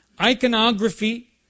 Iconography